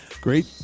great